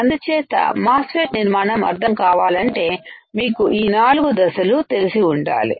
అందుచేత MOSFET నిర్మాణం అర్థం కావాలంటే మీకు ఈ నాలుగు దశలు తెలిసి ఉండాలి